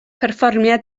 perfformiad